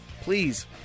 please